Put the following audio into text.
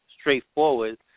straightforward